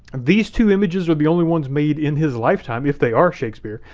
these two images were the only ones made in his lifetime. if they are shakespeare,